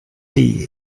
tea